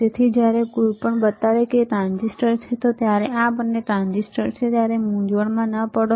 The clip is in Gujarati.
તેથી જ્યારે કોઈ તમને બતાવે કે આ ટ્રાન્ઝિસ્ટર છે ત્યારે આ બંને ટ્રાન્ઝિસ્ટર છે ત્યારે મૂંઝવણમાં ન પડો